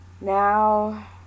Now